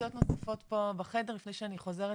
התייחסויות נוספות פה בחדר, לפני שאני חוזרת